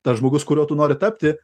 tas žmogus kuriuo tu nori tapti